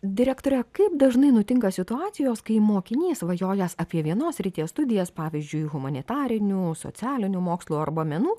direktore o kaip dažnai nutinka situacijos kai mokinys svajojęs apie vienos srities studijas pavyzdžiui humanitarinių socialinių mokslų arba menų